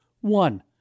One